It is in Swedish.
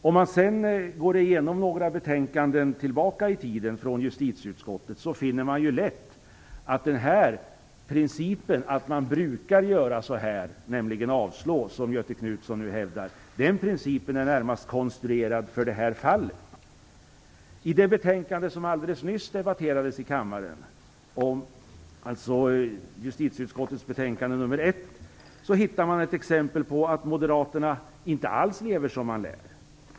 Om man sedan går igenom några tidigare betänkanden från justitieutskottet finner man lätt att den princip som Göte Knutson nu hävdar - att man brukar avslå - närmast är konstruerad för det här fallet. I det betänkande som alldeles nyss debatterades i kammaren, dvs. justitieutskottets betänkande nr 1, hittar man ett exempel på att Moderaterna inte alls lever som man lär.